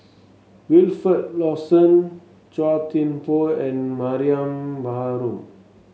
Wilfed Lawson Chua Thian Poh and Mariam Baharom